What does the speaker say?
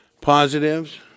positives